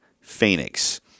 Phoenix